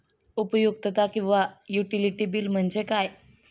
उपयुक्तता किंवा utility bill म्हणजे काय?